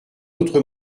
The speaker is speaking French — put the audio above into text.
autre